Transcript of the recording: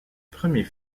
premier